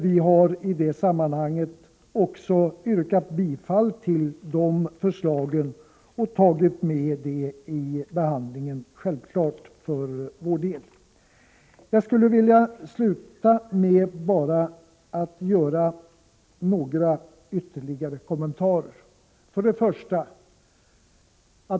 Vi har i detta sammanhang också yrkat bifall till dessa förslag, och vi har självfallet tagit med dessa förslag vid vår behandling. Jag skulle avslutningsvis vilja göra några ytterligare kommentarer.